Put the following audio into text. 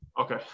okay